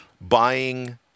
buying